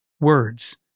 words